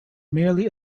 merely